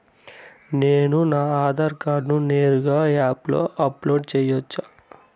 నేను నా ఆధార్ కార్డును నేరుగా యాప్ లో అప్లోడ్ సేయొచ్చా?